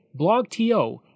BlogTO